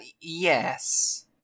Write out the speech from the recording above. yes